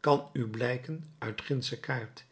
kan u blijken uit gindsche kaart